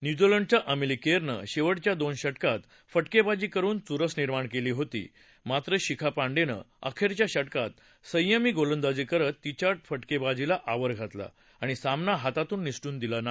न्यूझीलंडच्या एमेली केरनं शेवटच्या दोन षटकात फटकेबाजी करून चुरस निर्माण केली मात्र शिखा पांडेनं अखेरच्या षटकात संयमी गोलंदाजी करत तिच्या फटकेबाजी आवर घातला आणि सामना हातातून निसटू दिला नाही